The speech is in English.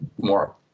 more